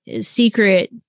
secret